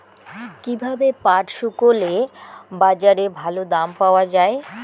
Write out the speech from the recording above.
কীভাবে পাট শুকোলে বাজারে ভালো দাম পাওয়া য়ায়?